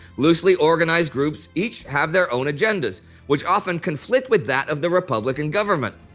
loosely organized groups each have their own agendas which often conflict with that of the republican government.